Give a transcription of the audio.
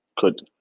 Good